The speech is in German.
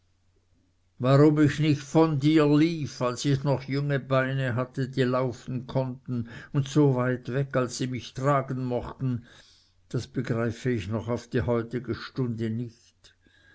warum ich nicht von dir lief als ich noch junge beine hatte die laufen konnten und so weit weg als sie mich tragen mochten das begreife ich noch auf die heutige stunde nicht